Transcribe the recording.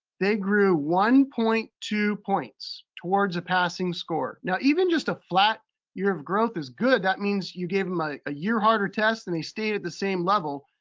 they grew one point two points towards a passing score. now even just a flat year of growth is good. that means you gave them a year harder test and they stayed at the same level.